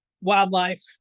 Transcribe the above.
wildlife